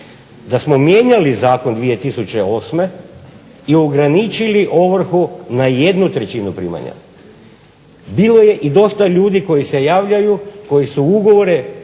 da smo mijenjali zakon 2008. i ograničili ovrhu na jednu trećinu primanja. Bilo je i dosta ljudi koji se javljaju koji su u ugovore